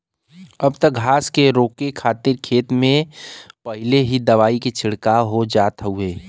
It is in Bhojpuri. अब त घास के रोके खातिर खेत में पहिले ही दवाई के छिड़काव हो जात हउवे